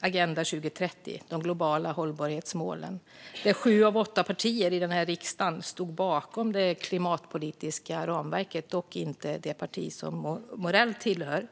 Agenda 2030 och de globala hållbarhetsmålen. Sju av åtta partier i riksdagen stod bakom det klimatpolitiska ramverket - dock inte det parti som Morell tillhör.